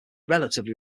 relatively